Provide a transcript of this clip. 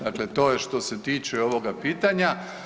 Dakle, to je što se tiče ovoga pitanja.